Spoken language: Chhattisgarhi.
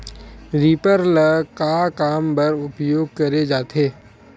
रीपर ल का काम बर उपयोग करे जाथे?